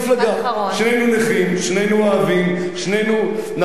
שנינו נכים, שנינו אוהבים, שנינו, נכון?